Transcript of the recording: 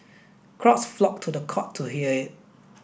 crowds flocked to the court to hear it